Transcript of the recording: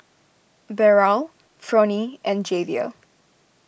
Beryl Fronie and Javier